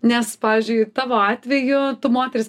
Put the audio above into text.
nes pavyzdžiui tavo atveju tu moteris